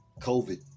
COVID